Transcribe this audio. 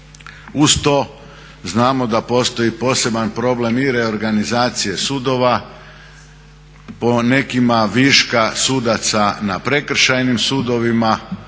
Uz to znamo da postoji poseban problem i reorganizacije sudovima, po nekima viška sudaca na prekršajnim sudovima